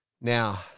Now